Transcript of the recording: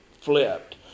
flipped